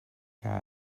que